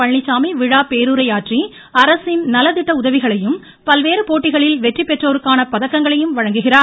பழனிச்சாமி விழா பேருரையாற்றி அரசின் நலத்திட்ட உதவிகளையும் பல்வேறு போட்டிகளில் பெற்றி பெற்றோருக்கான பதக்கங்களையும் வழங்குகிறார்